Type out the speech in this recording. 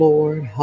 Lord